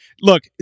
look